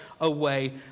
away